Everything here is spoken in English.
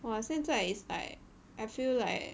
!wah! 现在 is like I feel like